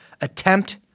attempt